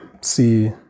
see